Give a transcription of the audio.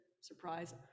surprise